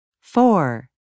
Four